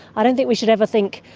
i don't think we should ever think,